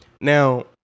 now